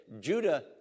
Judah